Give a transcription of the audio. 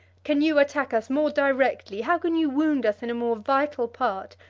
can you attack us more directly, how can you wound us in a more vital part,